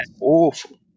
Awful